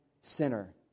sinner